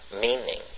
meaning